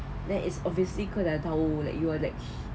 then it's obviously kau dah tahu like you are like